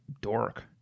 dork